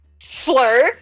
slur